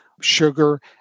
sugar